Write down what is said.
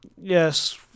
Yes